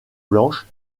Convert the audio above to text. blanches